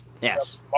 Yes